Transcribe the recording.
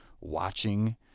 watching